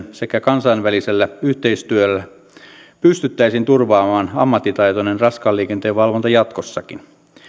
sekä kansainvälisellä yhteistyöllä pystyttäisiin turvaamaan ammattitaitoinen raskaan liikenteen valvonta jatkossakin